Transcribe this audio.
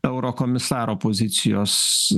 eurokomisaro pozicijos